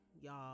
y'all